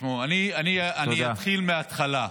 תשמעו, אני אתחיל מהתחלה.